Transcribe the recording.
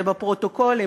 זה בפרוטוקולים,